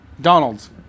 Donald's